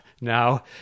now